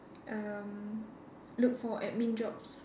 um looked for admin jobs